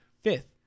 fifth